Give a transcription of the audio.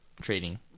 trading